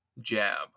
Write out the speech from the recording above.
jab